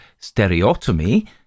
stereotomy